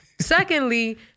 Secondly